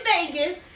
Vegas